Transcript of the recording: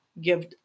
give